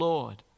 Lord